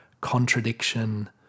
contradiction